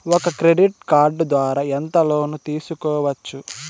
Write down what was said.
ఒక credit card ద్వారా ఎంత లోను తీసుకోవచ్చు?